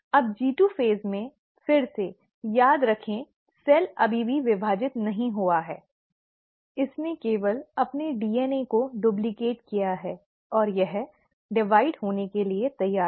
अब G2 phase में फिर से याद रखें सेल अभी भी विभाजित नहीं हुआ है इसने केवल अपने डीएनए को डुप्लिकेट किया है और यह विभाजित होने के लिए तैयार है